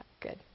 Good